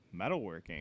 metalworking